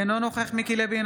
אינו נוכח מיקי לוי,